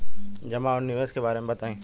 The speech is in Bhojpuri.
जमा और निवेश के बारे मे बतायी?